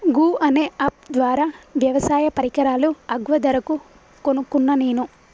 గూ అనే అప్ ద్వారా వ్యవసాయ పరికరాలు అగ్వ ధరకు కొనుకున్న నేను